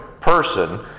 person